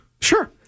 Sure